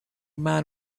man